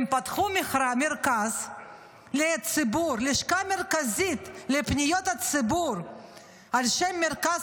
הם פתחו מרכז לציבור: לשכה מרכזית לפניות הציבור על שם מרכז